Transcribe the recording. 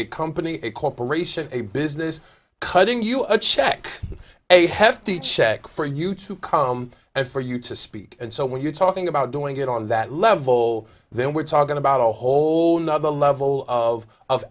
a company a corporation a business cutting you a check a hefty check for you to come and for you to speak and so when you're talking about doing it on that level then we're talking about a whole nother level of of